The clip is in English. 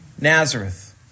Nazareth